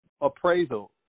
appraisal